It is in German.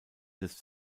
des